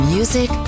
Music